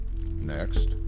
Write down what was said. Next